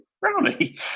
brownie